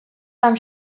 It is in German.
beim